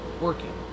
working